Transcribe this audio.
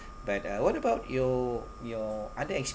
but uh what about your your other